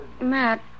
Matt